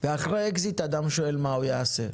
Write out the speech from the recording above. ואחרי אקזיט אדם שואל מה הוא יעשה.